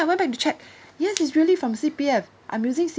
I went back to check yes is really from C_P_F I'm using